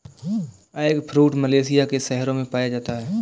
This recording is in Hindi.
एगफ्रूट मलेशिया के शहरों में पाया जाता है